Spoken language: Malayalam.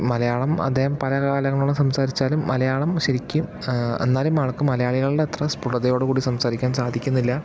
മലയാളം അദ്ദേഹം പല കാലങ്ങളോളം സംസാരിച്ചാലും മലയാളം ശരിക്കും എന്നാലും അയാൾക്ക് മലയാളികളുടെ അത്ര സ്പുടതയോടുകൂടി സംസാരിക്കാൻ സാധിക്കുന്നില്ല